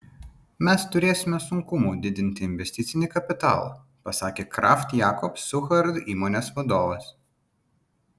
mes turėsime sunkumų didinti investicinį kapitalą pasakė kraft jacobs suchard įmonės vadovas